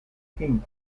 king